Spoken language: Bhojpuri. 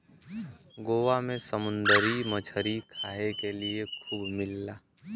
गोवा में समुंदरी मछरी खाए के लिए खूब मिलेला